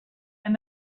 and